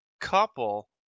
couple